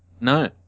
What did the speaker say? No